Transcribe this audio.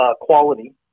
quality